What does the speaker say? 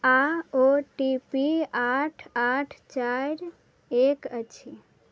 आओर O T P आठ आठ चारि एक अछि